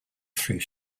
through